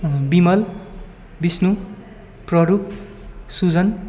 Bimal Vishnu Prarup Sujan